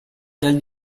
del